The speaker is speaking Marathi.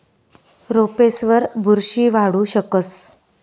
रोपेसवर बुरशी वाढू शकस